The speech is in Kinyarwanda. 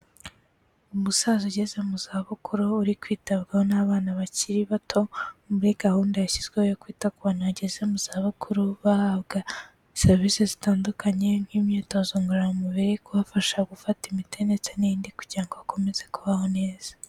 Umusaza ugeze mu zabukuru, uri kwitabwaho n'abana bakiri bato muri gahunda yashyizweho yo kwita ku bantu bageze mu zabukuru, bahabwa serivisi zitandukanye, nk'imyitozo ngororamubiri, kubafasha gufata imiti ndetse n'ibindi, kugira ngo bakomeze kubaho neza.